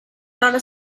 not